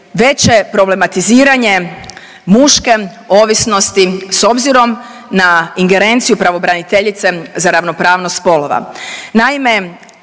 veće problematiziranje muške ovisnosti s obzirom na ingerenciju pravobraniteljice za ravnopravnost spolova.